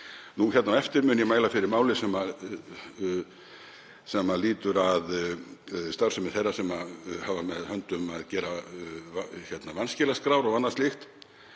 Hér á eftir mun ég mæla fyrir máli sem lýtur að starfsemi þeirra sem hafa með höndum að gera vanskilaskrár og annað slíkt.